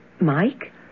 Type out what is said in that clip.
Mike